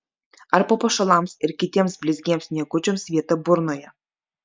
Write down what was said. ar papuošalams ir kitiems blizgiems niekučiams vieta burnoje